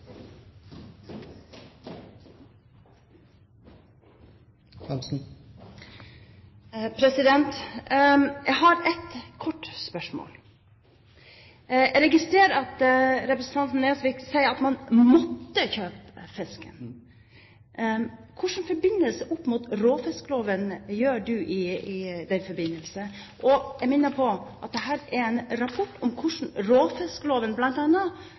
Jeg har ett – kort – spørsmål. Jeg registrerer at representanten Nesvik sier at man måtte kjøpe fisken. Hvilken forbindelse mener du det har med råfiskloven? Jeg minner om at dette er en rapport om hvordan bl.a. råfiskloven